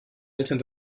eltern